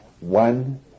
one